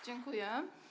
Dziękuję.